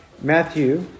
Matthew